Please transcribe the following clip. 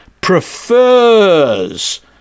prefers